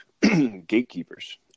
gatekeepers